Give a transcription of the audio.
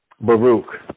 Baruch